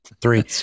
three